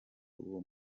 uwo